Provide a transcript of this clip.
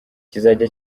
kizajya